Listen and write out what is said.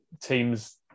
teams